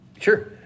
Sure